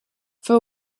for